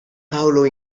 paolo